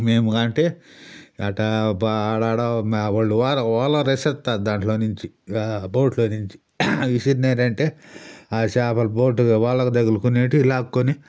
మేము అంటే అట్టా ఒప్ప ఆడా ఆడా వాళ్ళు వర్ వలలు విసిరుతారు దాంట్లో నుంచి బోట్లో నుంచి విసిరినారంటే ఆ చేపలు బోటు వలలు తగులుకునేటివి లాక్కొని